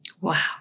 Wow